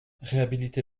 réhabiliter